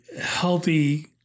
healthy